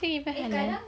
kadang